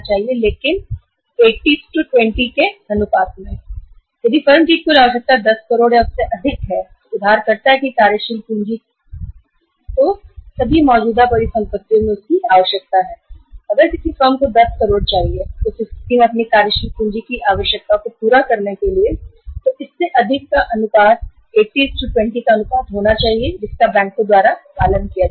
यदि फर्म की कार्यशील पूँजी की कुल आवश्यकता 10 करोड़ या उससे अधिक है तो उस मामले में 8020 का अनुपात बैंक द्वारा माना जाएगा और उसका पालन किया जाना चाहिए